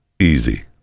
easy